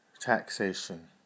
taxation